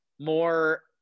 more